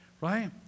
right